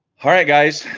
all right guys